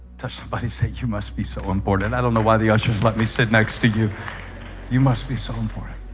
touch somebody say you must be so important i don't know why the ushers let me sit next to you you must be so him for him